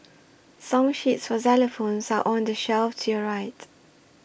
song sheets for xylophones are on the shelf to your right